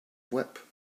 whip